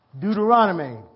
Deuteronomy